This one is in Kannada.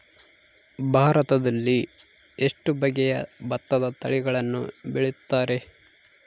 ಭಾರತದಲ್ಲಿ ಎಷ್ಟು ಬಗೆಯ ಭತ್ತದ ತಳಿಗಳನ್ನು ಬೆಳೆಯುತ್ತಾರೆ?